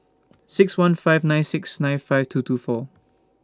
six one five nine six nine five two two four